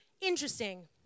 interesting